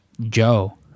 joe